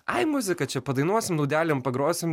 ai muzika čia padainuosim dūdelėm pagrosim